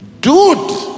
dude